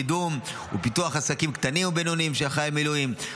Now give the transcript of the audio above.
קידום ופיתוח עסקים קטנים ובינוניים של חיילי מילואים,